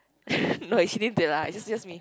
no it's just me